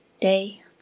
day